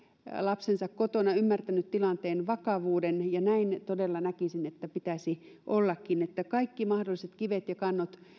lapsensa kotona on ymmärtänyt tilanteen vakavuuden näin todella näkisin että pitäisi ollakin että kaikki mahdolliset kivet ja kannot